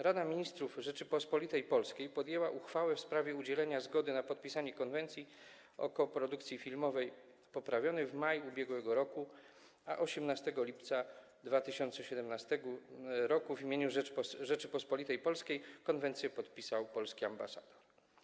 Rada Ministrów Rzeczypospolitej Polskiej podjęła uchwałę w sprawie udzielenia zgody na podpisanie Konwencji o koprodukcji filmowej (poprawionej) w maju ub.r., a 18 lipca 2017 r. w imieniu Rzeczypospolitej Polskiej konwencję podpisał polski ambasador.